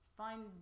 find